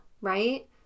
right